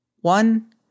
One